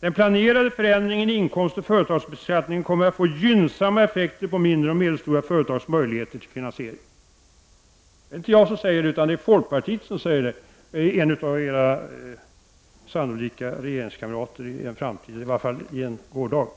”Den planerade förändringen i inkomstoch företagsbeskattning kommer att få gynnsamma effekter på mindre och medelstora företags möjligheter till finansiering.” Det är inte jag som säger detta, utan folkpartiet, en av era sannolika regeringskamrater i en framtid — eller i varje fall i en gårdag.